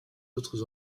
autres